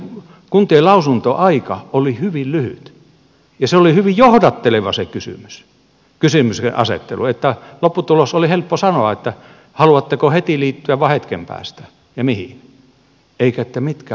kuntien lausuntoaika oli hyvin lyhyt ja se kysymyksenasettelu oli hyvin johdatteleva niin että lopputulos oli helppo sanoa että haluatteko heti liittyä vai hetken päästä ja mihin eikä niin että mitkä ovat vaihtoehdot